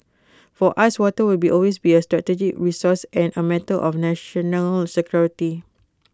for us water will be always be A strategic resource and A matter of national security